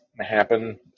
happen